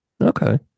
Okay